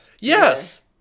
Yes